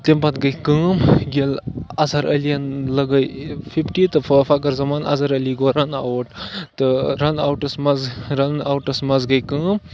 تَمہِ پَتہٕ گٔے کٲم ییٚلہِ اظہر علی یَن لَگٲے فِفٹی تہٕ فٲ فخر زمان اظہر علی گوٚو رَن آوُٹ تہٕ رَن آوُٹَس منٛز رَن آوُٹَس منٛز گٔے کٲم